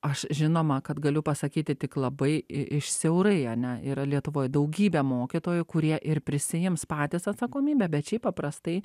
aš žinoma kad galiu pasakyti tik labai i iš siaurai ane yra lietuvoj daugybė mokytojų kurie ir prisiims patys atsakomybę bet šiaip paprastai